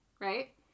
right